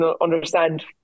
understand